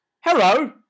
hello